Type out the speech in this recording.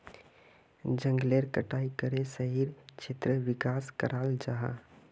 जनगलेर कटाई करे शहरी क्षेत्रेर विकास कराल जाहा